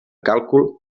càlcul